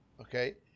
okay